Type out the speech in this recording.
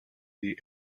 the